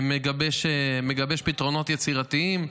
מגבש פתרונות יצירתיים.